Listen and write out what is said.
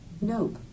Nope